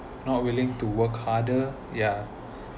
not willing to work harder ya